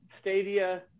Stadia